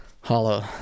Hollow